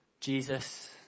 Jesus